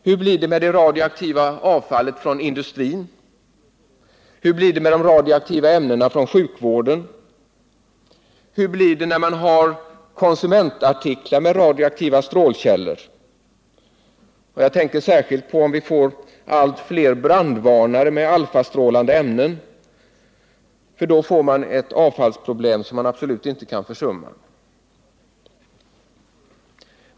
Hur blir det med det radioaktiva avfallet från industrin? Hur blir det med de radioaktiva ämnena från sjukvården? Hur blir det när vi har konsumentartiklar med radioaktiva strålningskällor? Jag tänker särskilt på om vi får allt fler brandvarnare med alfastrålande ämnen. Då får vi ett avfallsproblem som vi absolut inte kan försumma.